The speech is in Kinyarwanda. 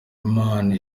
imana